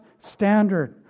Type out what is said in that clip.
standard